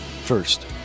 first